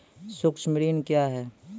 सुक्ष्म ऋण क्या हैं?